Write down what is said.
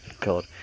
God